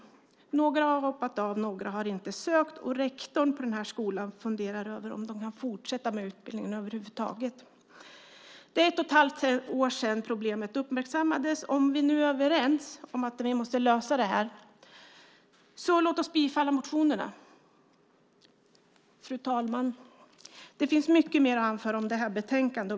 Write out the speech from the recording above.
Några av studenterna har hoppat av, och några har inte sökt. Rektorn på skolan funderar över om de kan fortsätta med utbildningen över huvud taget. Det är ett och ett halvt år sedan problemet uppmärksammades. Låt oss bifalla motionerna om vi är överens om att vi måste lösa detta. Fru talman! Det finns mycket mer att anföra om betänkandet.